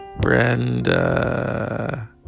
brenda